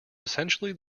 essentially